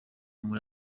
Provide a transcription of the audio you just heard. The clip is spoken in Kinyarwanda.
muri